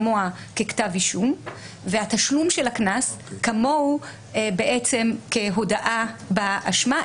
כמוה ככתב אישום והתשלום של הקנס כמוהו כהודעה באשמה.